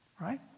Right